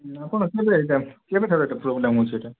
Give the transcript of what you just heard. ଆପଣ ଏଟା କେବେଠାରୁ ପ୍ରୋବ୍ଲେମ୍ ଅଛି ଏଟା